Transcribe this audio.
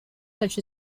such